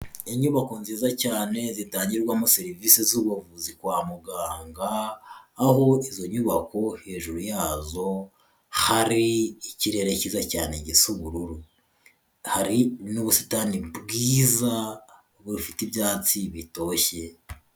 Inyubako nziza cyane zitangirwamo serivisi z'ubuvuzi kwa muganga, aho izo nyubako hejuru yazo hari ikirere cyiza cyane gisa ubururu, hari n'ubusitani bwiza bufite ibyatsi bitoshye.